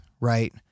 right